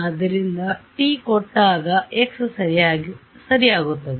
ಆದ್ದರಿಂದ t ಕೊಟ್ಟಾಗ x ಸರಿಯಾಗುತ್ತದೆ